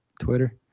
Twitter